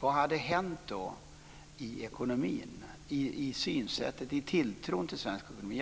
vad hade hänt då i ekonomin, i synsättet, i tilltron till svensk ekonomi?